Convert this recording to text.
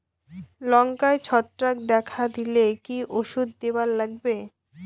লঙ্কায় ছত্রাক দেখা দিলে কি ওষুধ দিবার লাগবে?